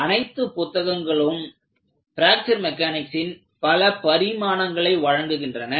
இந்த அனைத்து புத்தகங்களும் பிராக்சர் மெக்கானிக்ஸின் பல பரிமாணங்களை வழங்குகின்றன